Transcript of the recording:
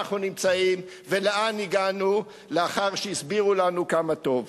אנחנו נמצאים ולאן הגענו לאחר שהסבירו לנו כמה טוב.